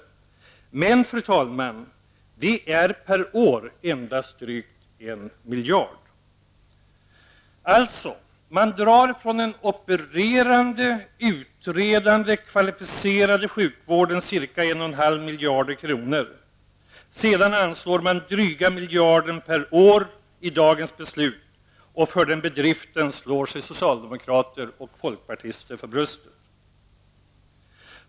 Men, fru talman, det är per år endast drygt 1 miljard kronor. Man drar alltså från den opererande, utredande och kvalificerade sjukvården in ca 1,5 miljarder kronor. Sedan anslår man dryga miljarden per år i dagens beslut, och för den bedriften slår sig socialdemokraterna och folkpartisterna för bröstet.